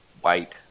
white